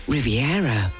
Riviera